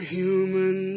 human